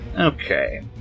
Okay